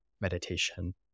meditation